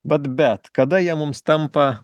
vat bet kada jie mums tampa